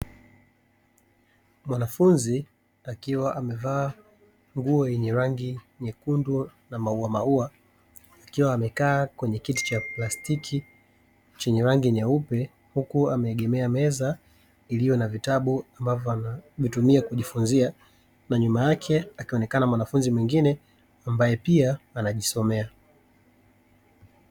Mwanafunzi akiwa amevaa nguo ya rangi nyekundu na maua maua akiwa amekaa kwenye kiti cha plastiki chenye rangi nyeupe, huku ameegemea meza iliyo na vitabu ambavyo anavitumia kujifunzia na nyuma yake akionekana mwanafunzi mwingine ambaye pia anajisomea.